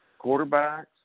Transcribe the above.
Quarterbacks